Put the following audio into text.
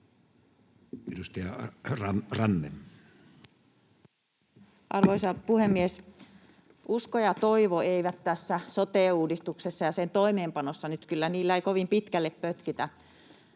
Content: Arvoisa puhemies! Uskolla ja toivolla ei tässä sote-uudistuksessa ja sen toimeenpanossa nyt kyllä kovin pitkälle pötkitä.